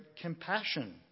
compassion